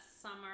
Summer